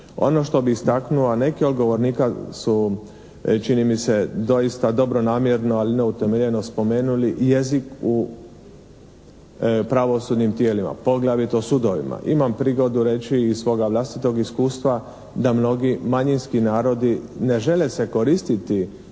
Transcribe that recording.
Ono što bih istaknuo, a neki od govornika su čini mi se doista dobronamjerno ali neutemeljeno spomenuli jezik u pravosudnim tijelima, poglavito sudovima. Imam prigodu reći iz svoga vlastitog iskustva da mnogi manjinski narodi ne žele se koristiti